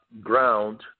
ground